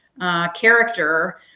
Character